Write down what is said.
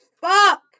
fuck